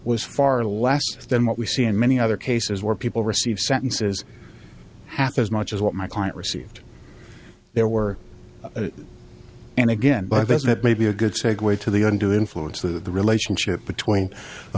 was far less than what we see in many other cases where people receive sentences half as much as what my client received there were and again but that may be a good segue to the undue influence of the relationship between a